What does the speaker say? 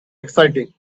exciting